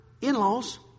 in-laws